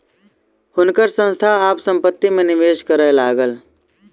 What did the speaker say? हुनकर संस्थान आब संपत्ति में निवेश करय लागल